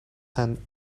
ten